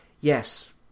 yes